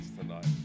tonight